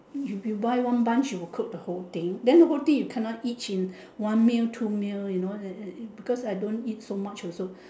if you buy one bunch you will cook the whole thing then the whole thing you cannot eat in one meal two meal you know because I don't eat so much also